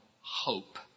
hope